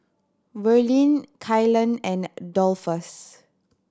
Verlene Kylan and Dolphus